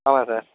ஆமாம் சார்